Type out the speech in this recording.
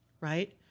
right